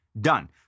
Done